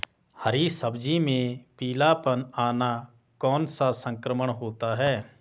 हरी सब्जी में पीलापन आना कौन सा संक्रमण होता है?